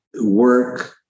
work